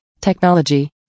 technology